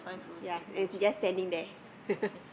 ya and he's just standing there